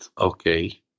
okay